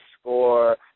score